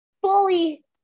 fully